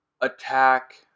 attack